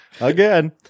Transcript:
Again